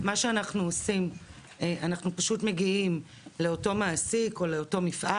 מה שאנחנו עושים זה שאנחנו פשוט מגיעים לאותו מעסיק או לאותו מפעל